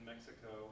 Mexico